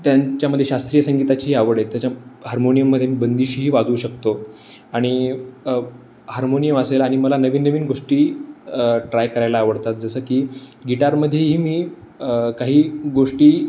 त्यांच्यामध्ये शास्त्रीय संगीताची आवड आहे त्याच्या हार्मोनियममध्ये मी बंदीशीही वाजवू शकतो आणि हार्मोनियम असेल आणि मला नवीन नवीन गोष्टी ट्राय करायला आवडतात जसं की गिटारमध्येही मी काही गोष्टी